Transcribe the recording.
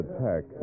attack